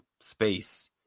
space